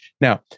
Now